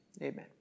amen